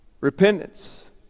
repentance